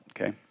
okay